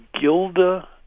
Gilda